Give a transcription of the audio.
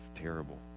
Terrible